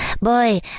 Boy